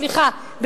סליחה,